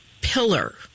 pillar